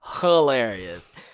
hilarious